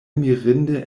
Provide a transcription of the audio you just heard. mirinde